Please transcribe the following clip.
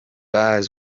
eyes